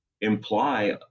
imply